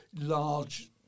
large